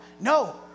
No